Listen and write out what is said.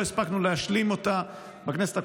לא הספקנו להשלים אותה בכנסת הקודמת.